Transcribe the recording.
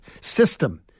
system